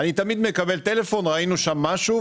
אני תמיד מקבל טלפון: "ראינו שם משהו",